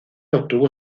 obtuvo